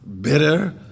bitter